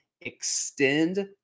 extend